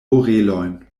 orelojn